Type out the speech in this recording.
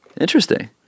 Interesting